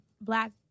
black